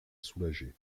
soulager